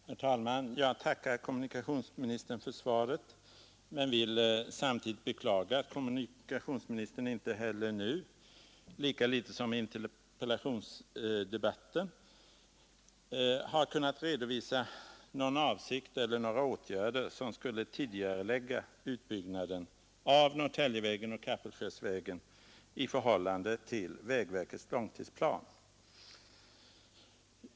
Herr talman! Jag tackar kommunikationsministern för svaret men vill samtidigt beklaga att kommunikationsministern inte har — lika litet som i interpellationsdebatten — kunnat redovisa någon avsikt eller några åtgärder som skulle tidigarelägga utbyggnaden av Norrtäljevägen och Kapellskärsvägen i förhållande till vägverkets långtidsplan.